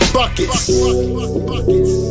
buckets